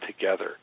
together